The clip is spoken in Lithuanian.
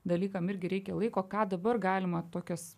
dalykam irgi reikia laiko ką dabar galima tokias